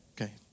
okay